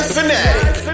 Fanatic